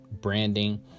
branding